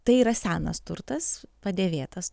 tai yra senas turtas padėvėtas